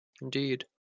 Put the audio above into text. indeed